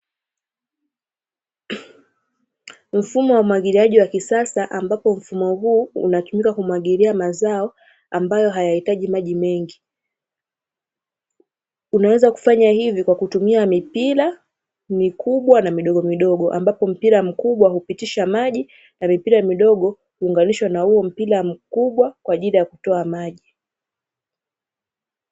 Mfumo wa umwagiliaji wa kisasa ambapo mfumo huu unatumika kumwagilia mazao, ambayo hayahitaji maji mengi unaweza kufanya hivi kwa kutumia mipira mikubwa na midogo midogo ambapo mpira mkubwa hupitisha maji na mipira midogo kuunganisha na huo mpira mkubwa kwa ajili ya kutoa maji.